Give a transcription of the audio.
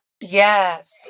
Yes